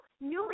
newly